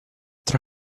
tra